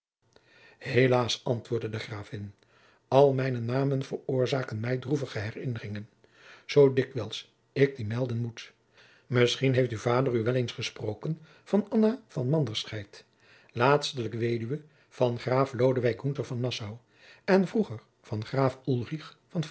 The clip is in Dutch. helaas antwoordde de gravin al mijne namen veroorzaken mij droevige herinneringen zoo dikwijls ik die melden moet misschien heeft uw vader u wel eens gesproken van anna van manderscheid laatstelijk weduwe van graaf lodewijk gunther van nassau en vroeger van